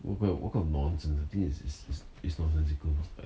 what kind what kind of nonsense the thin is is nonsensical